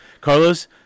Carlos